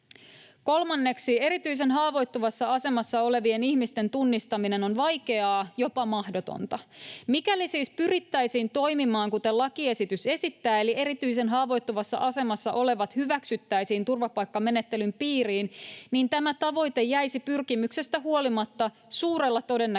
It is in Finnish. Kolmanneksi erityisen haavoittuvassa asemassa olevien ihmisten tunnistaminen on vaikeaa, jopa mahdotonta. Mikäli siis pyrittäisiin toimimaan, kuten lakiesitys esittää, eli erityisen haavoittuvassa asemassa olevat hyväksyttäisiin turvapaikkamenettelyn piiriin, niin tämä tavoite jäisi pyrkimyksestä huolimatta suurella todennäköisyydellä